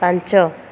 ପାଞ୍ଚ